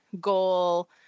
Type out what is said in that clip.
goal